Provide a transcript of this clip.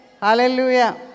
Hallelujah